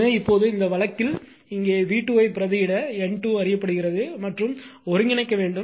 எனவே இப்போது இந்த வழக்கில் இங்கே v2 பிரதியிட N2 அறியப்படுகிறது மற்றும் ஒருங்கிணைக்க வேண்டும்